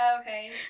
okay